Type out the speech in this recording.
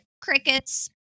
crickets